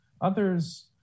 others